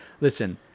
listen